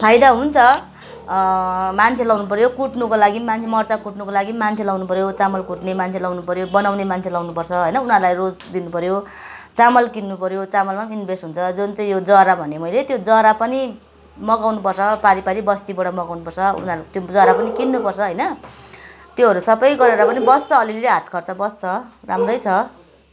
फाइदा हुन्छ मान्छे लगाउनु पऱ्यो कुट्नुको लागि पनि मान्छे मर्चा कुट्नुको लागि पनि मान्छे लगाउनु पऱ्यो चामल कुट्ने मान्छे लगाउनु पऱ्यो बनाउने मान्छे लाउनु पर्छ होइन उनीहरूलाई रोज दिनु पऱ्यो चामल किन्नु पऱ्यो चामलमा पनि इन्भेस्ट हुन्छ जुन चाहिँ यो जरा भनेँ मैले त्यो जरा पनि मगाउनु पर्छ पारि पारि बस्तीबाट मगाउनु पर्छ उनाहरूको त्यो जरा पनि किन्नु पर्छ होइन त्योहरू सबै गरेर पनि बस्छ अलिअलि हात खर्च बस्छ राम्रै छ